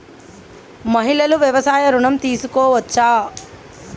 మహిళలు వ్యవసాయ ఋణం తీసుకోవచ్చా?